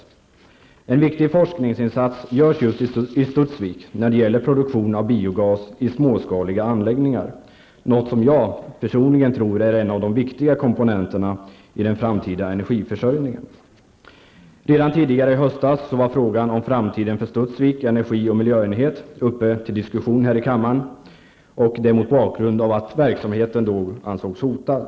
Det görs en viktig forskningsinsats i Studsvik när det gäller produktion av biogas i småskaliga anläggningar, något som jag personligen tror är en av de viktiga komponenterna i den framtida energiförsörjningen. Miljöenhet var redan tidigare i höstas uppe till diskussion här i kammaren. Det skedde mot bakgrund av att verksamheten då ansågs hotad.